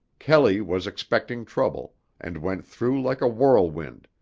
kelley was expecting trouble, and went through like a whirlwind,